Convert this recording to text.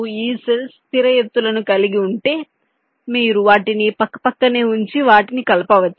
ఈ సెల్స్ స్థిర ఎత్తులను కలిగి ఉంటే మీరు వాటిని పక్కపక్కనే ఉంచి వాటిని కలపవచ్చు